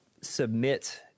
submit